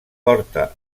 porta